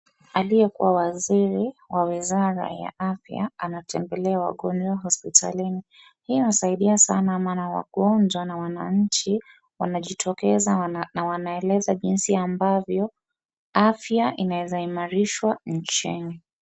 Aliyekuwa waziri ya wizara ya afya anatembelea wagonjwa hospitalini. Hii inasaidia sana wagonjwa na wananchi wanajitokeza na wanaelezwa jinsi ambavyo afya inaweza imarishwa nchini.